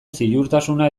ziurtasuna